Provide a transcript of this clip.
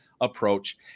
approach